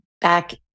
back